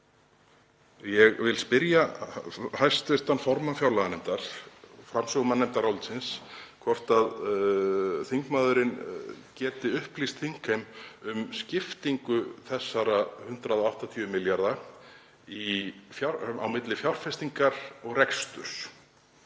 Ég vil spyrja hæstv. formann fjárlaganefndar og framsögumann nefndarálitsins hvort hv. þingmaður geti upplýst þingheim um skiptingu þessara 180 milljarða á milli fjárfestingar og reksturs.